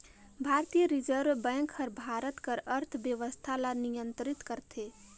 भारतीय reserve bank हर भारत कर अर्थबेवस्था ल नियंतरित करथे